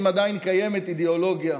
אם עדיין קיימת אידיאולוגיה,